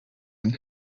and